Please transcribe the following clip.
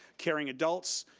caring adults,